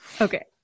Okay